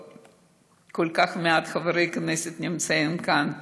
שכל כך מעט חברי כנסת נמצאים כאן,